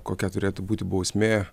kokia turėtų būti bausmė